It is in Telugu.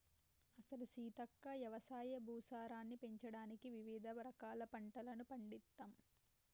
అసలు సీతక్క యవసాయ భూసారాన్ని పెంచడానికి వివిధ రకాల పంటలను పండిత్తమ్